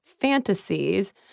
fantasies